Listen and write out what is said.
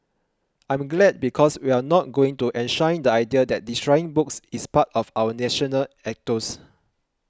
I'm glad because we're not going to enshrine the idea that destroying books is part of our national ethos